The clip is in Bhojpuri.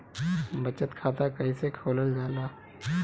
बचत खाता कइसे खोलल जाला?